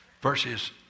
verses